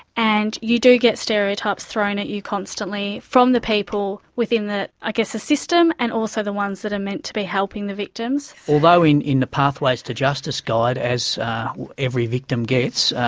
and you do get stereotypes thrown at you constantly from the people within the i guess the system, and also the ones that are meant to be helping the victims. although in in the pathways to justice guide, as very victim gets,